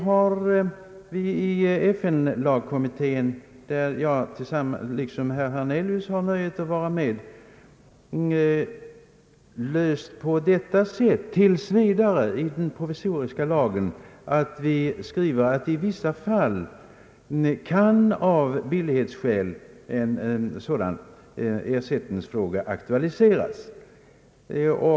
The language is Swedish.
I FN-lagkommittén, där jag liksom herr Hernelius har nöjet att vara med, har vi berört detta problem tills vidare i den provisoriska lagen genom att vi skriver att en sådan ersättningsfråga i vissa fall kan aktualiseras av billighetsskäl.